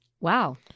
Wow